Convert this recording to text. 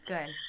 Good